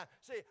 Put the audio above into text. See